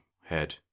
head